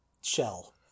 shell